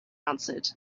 answered